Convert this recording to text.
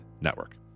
Network